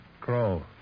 Crow